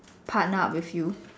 partner up with you